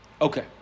Okay